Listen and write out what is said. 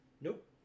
Nope